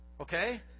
okay